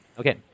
Okay